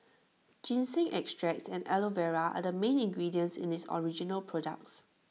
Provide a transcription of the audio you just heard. ginseng extracts and Aloe Vera are the main ingredients in its original products